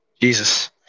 Jesus